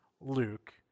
Luke